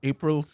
April